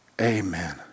Amen